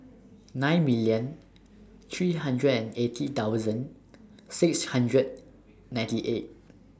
nine million three hundred and eighty thousand six hundred ninety eight